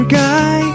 guy